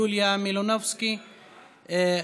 יוליה מלינובסקי קונין,